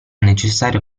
necessario